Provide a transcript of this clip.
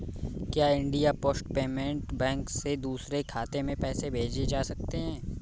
क्या India post payment bank से दूसरे खाते में पैसे भेजे जा सकते हैं?